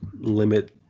limit